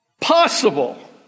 possible